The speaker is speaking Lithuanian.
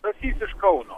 stasys iš kauno